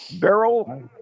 Beryl